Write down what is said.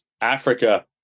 Africa